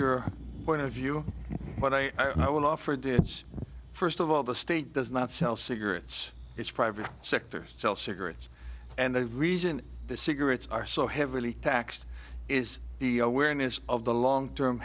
your point of view but i will offer first of all the state does not sell cigarettes its private sector sell cigarettes and the reason cigarettes are so heavily taxed is awareness of the long term